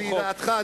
ולידיעתך,